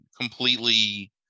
completely